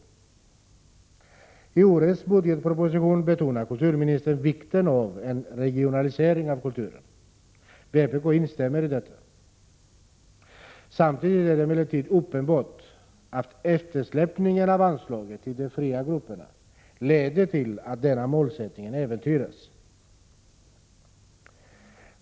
6 maj 1987 I årets budgetproposition betonar kulturministern vikten av en regionalisering av kulturen. Vpk instämmer i detta. Samtidigt är det emellertid uppenbart att eftersläpningen av anslagen till de fria grupperna leder till att denna målsättning äventyras.